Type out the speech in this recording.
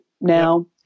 Now